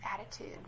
Attitude